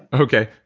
okay.